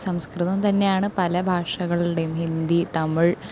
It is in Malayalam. സംസ്കൃതം തന്നെയാണ് പല ഭാഷകളുടെയും ഹിന്ദി തമിഴ്